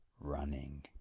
Running